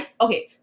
okay